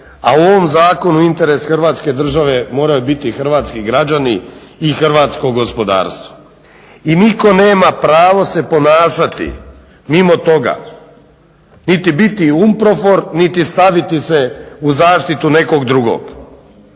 a u ovom zakonu interes Hrvatske države moraju biti hrvatski građani i hrvatsko gospodarstvo. I nitko nema pravo se ponašati mimo toga, niti biti UNPROFOR niti staviti se u zaštitu nekog drugog.